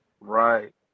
Right